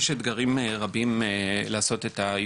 יש אתגרים רבים לעשות את האבחון.